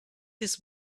this